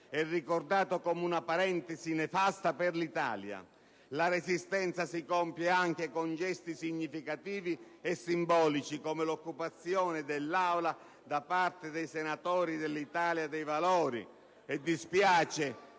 e ricordato come una parentesi nefasta per l'Italia. La resistenza si compie anche con gesti significativi e simbolici, come l'occupazione dell'Aula da parte dei senatori dell'Italia dei Valori;